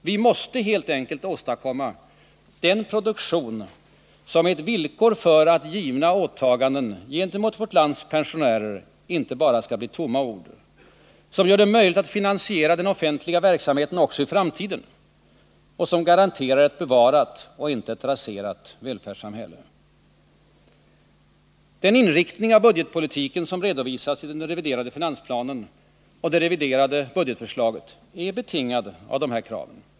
Vi måste helt enkelt åstadkomma den produktion som är ett villkor för att givna åtaganden gentemot vårt lands pensionärer inte skall bli tomma ord, som gör det möjligt att finansiera den offentliga verksamheten också i framtiden och som garanterar ett bevarat, inte raserat välfärdssamhälle. Den inriktning av budgetpolitiken som redovisas i den reviderade finansplanen och det reviderade budgetförslaget är betingad av dessa krav.